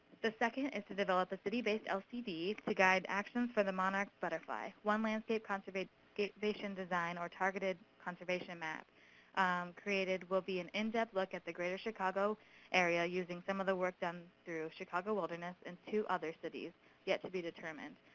the second is to develop a city-based lcd to guide action for the monarch butterfly. one landscape conservation conservation design or targeted conservation map created will be an in-depth look at the greater chicago area, using some of the work done through chicago wilderness, and two other cities yet to be determined.